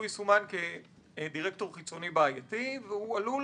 הוא יסומן כדירקטור חיצוני בעייתי שעלול